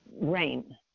Rain